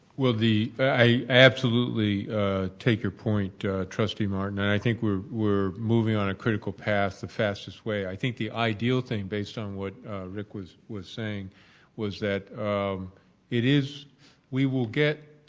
the i absolutely take your point trustee martin. and i think we're we're moving on a critical path the fastest way. i think the ideal thing based on what rick was was saying was that um it is we will get